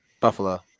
Buffalo